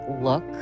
look